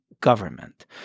government